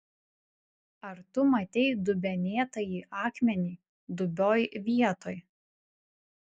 ar tu matei dubenėtąjį akmenį dubioj vietoj